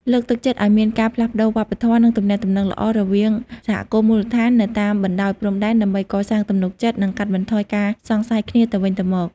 លើកទឹកចិត្តឱ្យមានការផ្លាស់ប្តូរវប្បធម៌ និងទំនាក់ទំនងល្អរវាងសហគមន៍មូលដ្ឋាននៅតាមបណ្តោយព្រំដែន ដើម្បីកសាងទំនុកចិត្ត និងកាត់បន្ថយការសង្ស័យគ្នាទៅវិញទៅមក។